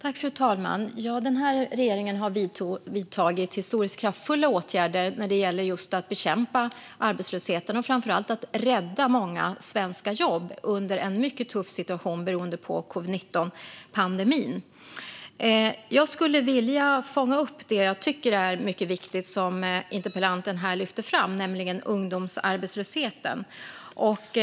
Fru talman! Den här regeringen har vidtagit historiskt kraftfulla åtgärder när det gäller att bekämpa arbetslösheten och framför allt att rädda många svenska jobb under en mycket tuff situation beroende på covid19pandemin. Jag skulle vilja fånga upp det som jag tycker är mycket viktigt som interpellanten här lyfter fram, nämligen ungdomsarbetslösheten.